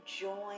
join